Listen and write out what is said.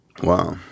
Wow